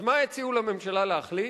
אז מה הציעו לממשלה להחליט?